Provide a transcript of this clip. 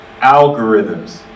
algorithms